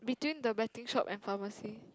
between the betting shop and pharmacy